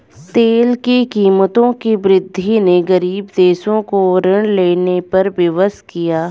तेल की कीमतों की वृद्धि ने गरीब देशों को ऋण लेने पर विवश किया